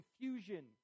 confusion